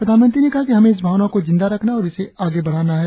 प्रधानमंत्री ने कहा कि हमें इस भावना को जिंदा रखना है और इसे आगे बढ़ाना है